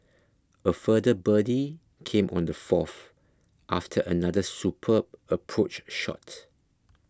a further birdie came on the fourth after another superb approach shot